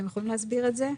אתם יכולים להסביר את זה?